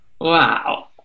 Wow